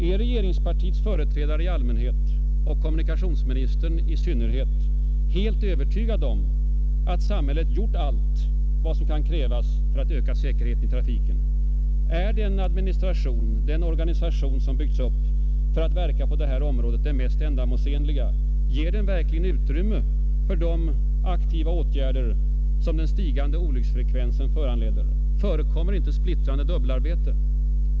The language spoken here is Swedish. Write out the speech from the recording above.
Är regeringspartiets företrädare i allmänhet och kommunikationsministern i synnerhet helt övertygade om att samhället gjort allt vad som kan krävas för att öka säkerheten i trafiken? Är den administration och den organisation som byggts upp för att verka på detta område den mest ändamålsenliga? Ger den verkligen utrymme för de aktiva åtgärder som den stigande olycksfrekvensen föranleder? Förekommer inte splittrande dubbelarbete?